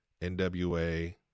NWA